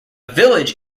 village